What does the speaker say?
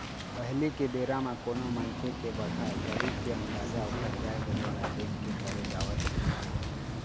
पहिली के बेरा म कोनो मनखे के बड़हर, गरीब के अंदाजा ओखर गाय गरूवा ल देख के करे जावत रिहिस हे